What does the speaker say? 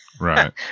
Right